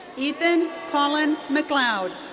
ethan colin macleod.